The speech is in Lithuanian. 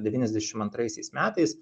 devyniasdešim antraisiais metais